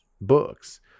books